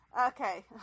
Okay